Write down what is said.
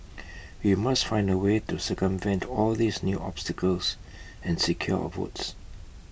we must find A way to circumvent all these new obstacles and secure our votes